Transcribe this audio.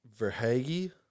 Verhage